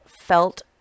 felt